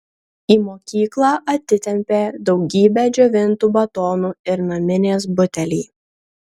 į mokyklą atitempė daugybę džiovintų batonų ir naminės butelį